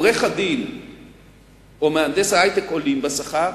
העורך-דין ומהנדס ההיי-טק עולים בשכר,